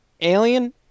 Alien